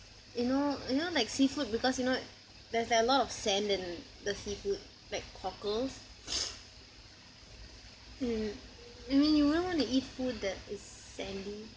you know you know like seafood because you know there's like a lot of sand in the seafood like cockles mm I mean you wouldn't want to eat food that is sandy